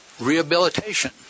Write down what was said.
rehabilitation